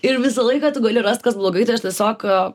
ir visą laiką tu gali rast kas blogai tai aš tiesiog a